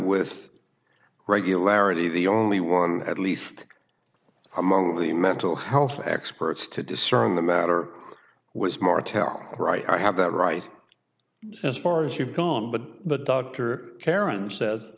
with regularity the only one at least among the mental health experts to discern the matter was more terror all right i have that right as far as you've gone but the dr karen sa